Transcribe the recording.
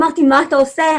אמרתי: מה אתה עושה?